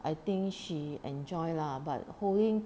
I think she enjoy lah but holding